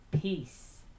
peace